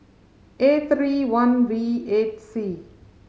A three one V eight C